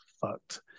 fucked